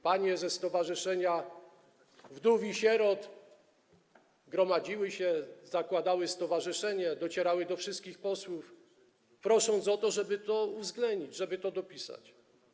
Panie ze stowarzyszenia wdów i sierot gromadziły się, zakładały stowarzyszenie, docierały do wszystkich posłów, prosząc o to, żeby to uwzględnić, żeby to dopisać.